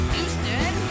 Houston